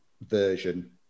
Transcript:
version